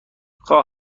خواه